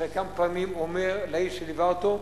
אחרי כמה פעמים הוא אומר לאיש שליווה אותו: